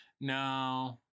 No